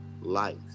life